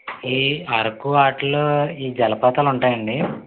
ఈ అరకు వాటిల్లో ఈ జలపాతాలు ఉంటాయా అండి